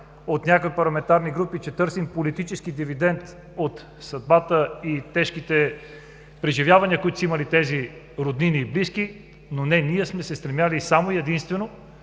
от някои парламентарни групи, че търсим политически дивидент от съдбата и тежките преживявания, които са имали тези роднини и близки, но не! Ние сме се стремели само и единствено